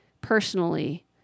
personally